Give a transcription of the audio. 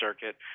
circuit